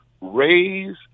raise